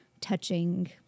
touching